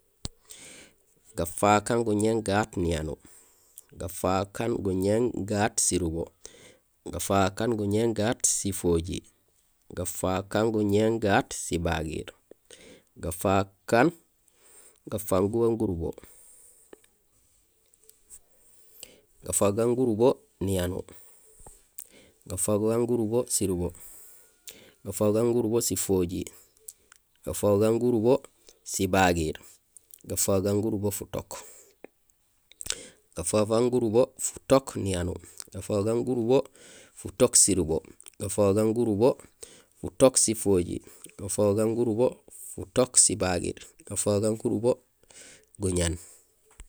Gafaak aan guñéén gaat niyanuur, gafaak aan guñéén gaat surubo, gafaak aan guñéén gaat sifojiir, gafaak aan guñéén gaat sibagiir, gafaak bugaan gurubo, gafaak aan gurubo niyanuur, gafaak aan gurubo surubo, gafaak aan gurubo sifojiir, gafaak aan gurubo sibagiir, gafaak aan gurubo futook, gafaak aan gurubo futook niyanuur, gafaak aan gurubo futook surubo, gafaak aan gurubo futook sifojiir, gafaak aan gurubo futook sibagiir, gafaak aan gurubo guñéén